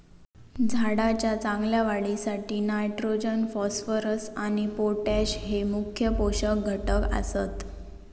झाडाच्या चांगल्या वाढीसाठी नायट्रोजन, फॉस्फरस आणि पोटॅश हये मुख्य पोषक घटक आसत